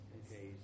okay